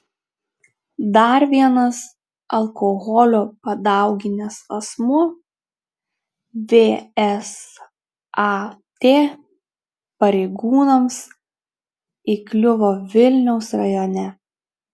dar vienas alkoholio padauginęs asmuo vsat pareigūnams įkliuvo vilniaus rajone